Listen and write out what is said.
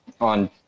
on